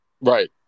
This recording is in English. right